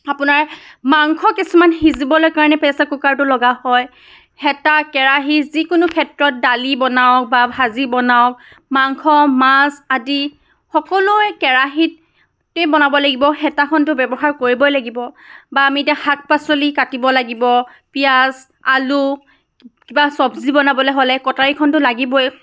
আপোনাৰ মাংস কিছুমান সিজিবলৈ কাৰণে প্ৰেছাৰ কুকাৰটো লগা হয় হেতা কেৰাহি যিকোনো ক্ষেত্ৰত দালি বনাওক বা ভাজি বনাওক মাংস মাছ আদি সকলোৱে কেৰাহিতে বনাব লাগিব হেতাখনতো ব্যৱহাৰ কৰিবই লাগিব বা আমি এতিয়া শাক পাচলি কাটিব লাগিব পিঁয়াজ আলু কিবা চব্জি বনাবলৈ হ'লে কটাৰীখনতো লাগিবই